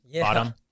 bottom